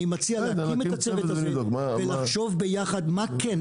אני מציע להקים את הצוות הזה ולחשוב ביחד מה כן,